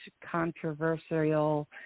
controversial